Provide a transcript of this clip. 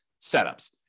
setups